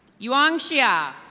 yu ong shia.